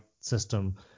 system